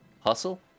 Hustle